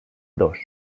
dos